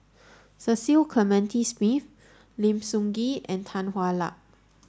Cecil Clementi Smith Lim Sun Gee and Tan Hwa Luck